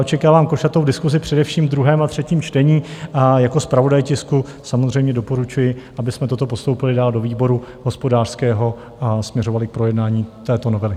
Očekávám košatou diskusi, především v druhém a třetím čtení, a jako zpravodaj tisku samozřejmě doporučuji, abychom toto postoupili dál do výboru hospodářského a směřovali k projednání této novely.